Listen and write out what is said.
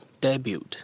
debut